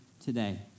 today